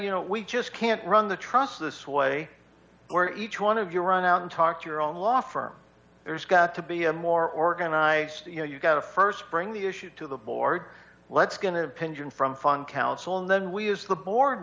you know we just can't run the trust this way or each one of you run out and talk to your own law firm there's got to be a more organized you know you've got a st bring the issue to the board let's going to pension from fun council and then we use the board